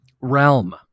realm